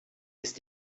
ist